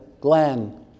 Glenn